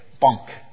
bunk